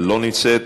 לא נמצאת.